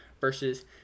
versus